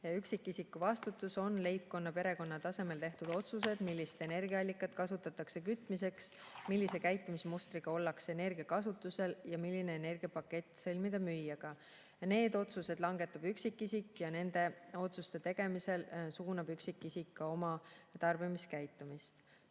Üksikisiku vastutus on leibkonna, perekonna tasemel tehtud otsused, millist energiaallikat kasutatakse kütmiseks, milline käitumismuster on energia kasutamisel ja milline energiapakett sõlmitakse müüjaga. Need otsused langetab üksikisik ja nende otsuste tegemisega suunab üksikisik ka oma tarbimiskäitumist. Kolmas